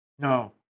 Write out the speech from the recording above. No